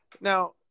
now